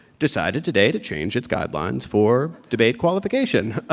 decided today to change its guidelines for debate qualification.